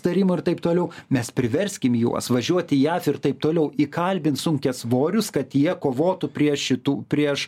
tarimo ir taip toliau mes priverskim juos važiuoti į jav ir taip toliau įkalbint sunkiasvorius kad jie kovotų prie šitų prieš